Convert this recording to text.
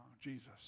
Jesus